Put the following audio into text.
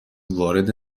وارد